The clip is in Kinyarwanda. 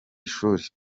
ishuri